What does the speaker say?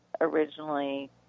originally